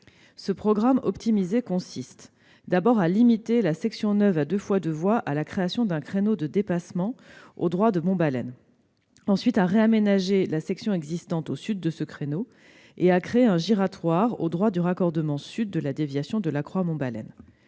Ce programme optimisé consiste, d'abord, à limiter la section neuve à deux fois deux voies à la création d'un créneau de dépassement au droit de Monbalen ; ensuite, à réaménager la section existante au sud de ce créneau ; enfin, à créer un giratoire au droit du raccordement sud de la déviation de La Croix-Blanche-Monbalen.